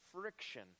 friction